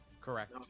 Correct